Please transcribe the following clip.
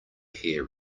hear